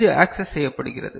இது ஆக்சஸ் செய்யப்படுகிறது